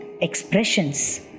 expressions